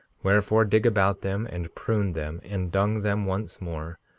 wherefore, dig about them, and prune them, and dung them once more,